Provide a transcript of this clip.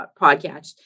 podcast